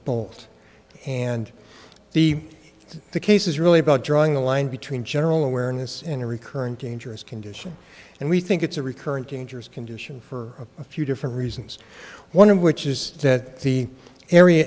bolt and the the case is really about drawing a line between general awareness and a recurrent dangerous condition and we think it's a recurrent dangerous condition for a few different reasons one of which is that the area